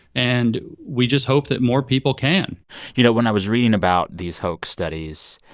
and we just hope that more people can you know, when i was reading about these hoax studies,